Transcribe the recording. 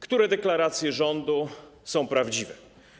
Które deklaracje rządu są prawdziwe?